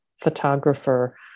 photographer